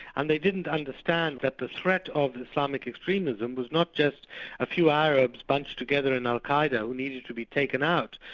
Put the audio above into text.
and they didn't understand that the threat of islamic extremism was not just a few arabs bunched together in al-qa'eda who needed to be taken out,